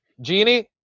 genie